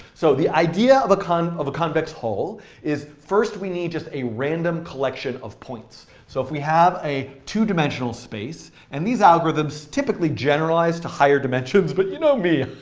so the idea of kind of a convex hull is, first, we need just a random collection of points. so if we have a two-dimensional space and these algorithms typically generalize to higher dimensions. but you know me,